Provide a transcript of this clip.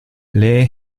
lee